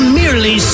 merely